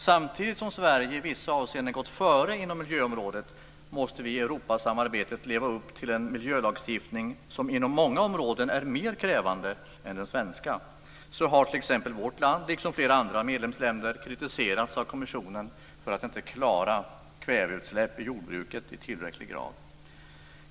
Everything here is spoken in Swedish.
Samtidigt som Sverige i vissa avseenden gått före inom miljöområdet måste vi i Europasamarbetet leva upp till en miljölagstiftning som inom många områden är mer krävande än den svenska. Så har t.ex. vårt land, liksom flera andra medlemsländer, kritiserats av kommissionen för att inte klara kväveutsläpp i jordbruket i tillräcklig grad.